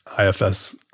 ifs